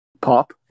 Pop